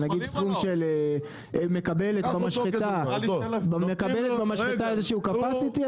מקבלת במשחטה איזשהו capacity,